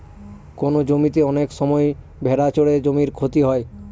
কোনো জমিতে অনেক সময় ভেড়া চড়ে জমির ক্ষতি হয়